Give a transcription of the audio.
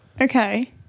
okay